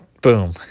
Boom